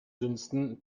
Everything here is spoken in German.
dünsten